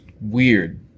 weird